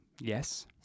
Yes